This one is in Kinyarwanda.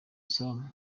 sam